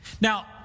Now